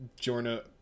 Jorna